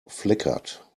flickered